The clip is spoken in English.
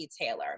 Taylor